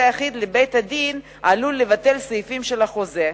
אחיד לבית-הדין העלול לבטל סעיפים של החוזה.